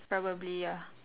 probably ya